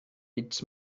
its